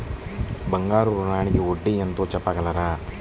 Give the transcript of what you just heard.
బంగారు ఋణంకి వడ్డీ ఎంతో చెప్పగలరా?